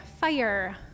Fire